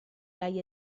gai